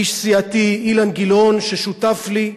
איש סיעתי, אילן גילאון, ששותף לי,